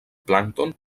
plàncton